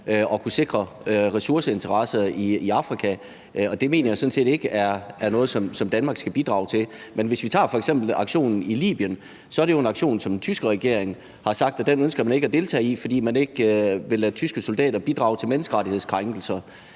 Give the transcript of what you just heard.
at kunne sikre ressourceinteresser i Afrika, og det mener jeg sådan set ikke er noget, som Danmark skal bidrage til. Men hvis vi tager f.eks. aktionen i Libyen, er det jo en aktion, som den tyske regering har sagt at man ikke ønsker at deltage i, fordi man ikke ville lade tyske soldater bidrage til menneskerettighedskrænkelser.